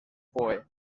poe